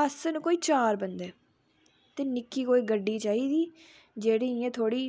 अस हा कोई चार बंदे ते निक्की कोई गड्डी चाहिदी जेहड़ी इयां थोहडी